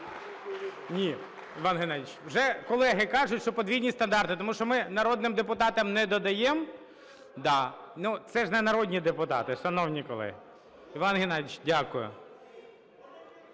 Ні, Іван Геннадійович, уже колеги кажуть, що подвійні стандарти. Тому що ми народним депутатам не додаємо, да. Це ж не народні депутати, шановні колеги. Іван Геннадійович, дякую.